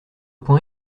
point